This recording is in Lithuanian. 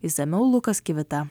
išsamiau lukas kvitą